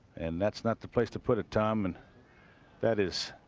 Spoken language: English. and that's not the place to put it tom and that is